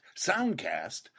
soundcast